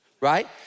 right